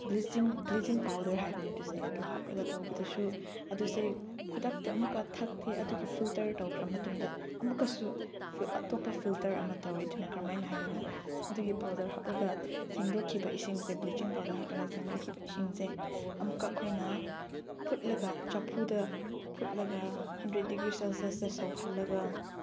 bleaching bleaching powder ꯍꯥꯏꯕꯅꯤ ꯑꯗꯨꯁꯦ ꯑꯗꯨ ꯍꯥꯞꯂꯒ ꯇꯧꯕꯗꯁꯨ ꯑꯗꯨꯁꯦ ꯈꯨꯗꯛꯇ ꯑꯃꯨꯛꯀ ꯊꯛꯇꯦ ꯑꯗꯨꯒꯤ ꯐꯤꯜꯇꯔ ꯇꯧꯈ꯭ꯔ ꯃꯇꯨꯡꯗ ꯑꯃꯨꯛꯀꯁꯨ ꯑꯇꯣꯞꯄ ꯐꯤꯜꯇꯔ ꯑꯃ ꯇꯧꯔꯤꯗꯨꯅ ꯀꯔꯝꯍꯥꯏꯅ ꯍꯥꯏꯔꯒ ꯑꯗꯨꯒꯤ ꯄꯥꯎꯗꯔ ꯍꯥꯞꯂꯒ ꯁꯦꯡꯗꯣꯛꯈꯤꯕ ꯏꯁꯤꯡꯁꯦ ꯕ꯭ꯂꯤꯆꯤꯡ ꯄꯥꯎꯗꯔ ꯍꯥꯞꯂꯒ ꯁꯦꯡꯗꯣꯛꯈꯤꯕ ꯏꯁꯤꯡꯁꯦ ꯑꯃꯨꯛꯀ ꯑꯩꯈꯣꯏꯅ ꯐꯨꯠꯂꯒ ꯆꯐꯨꯗ ꯐꯨꯠꯂꯒ ꯍꯟꯗ꯭ꯔꯦꯠ ꯗꯤꯒ꯭ꯔꯤ ꯁꯦꯜꯁꯤꯌꯁꯇ ꯁꯧꯍꯜꯂꯒ